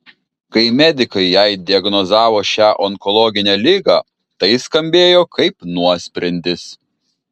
kai medikai jai diagnozavo šią onkologinę ligą tai skambėjo kaip nuosprendis